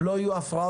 לא יהיו הפרעות.